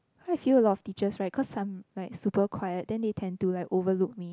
quite a few lot of teachers right cause some like super quite then they can do like overlook me